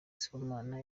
sibomana